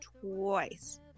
twice